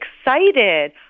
excited